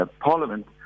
Parliament